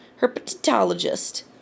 herpetologist